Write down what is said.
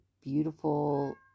beautiful